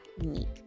Unique